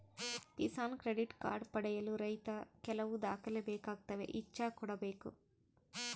Kisan credit card ಪಡೆಯಲು ರೈತ ಕೆಲವು ದಾಖಲೆ ಬೇಕಾಗುತ್ತವೆ ಇಚ್ಚಾ ಕೂಡ ಬೇಕು